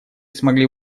смогли